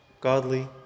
godly